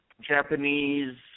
Japanese